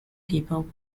people